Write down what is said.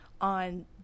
on